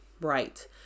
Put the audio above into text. Right